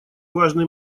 важный